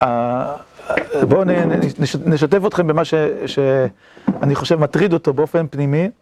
בואו נשתף אתכם במה שאני חושב מטריד אותו באופן פנימי.